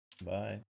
Bye